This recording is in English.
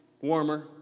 warmer